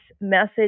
message